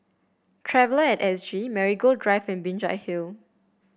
Traveller at S G Marigold Drive and Binjai Hill